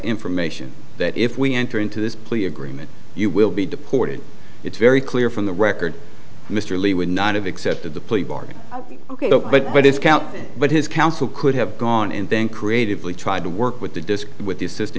information that if we enter into this plea agreement you will be deported it's very clear from the record mr lee would not have accepted the plea bargain ok but i discount but his counsel could have gone and then creatively tried to work with the disc with the assist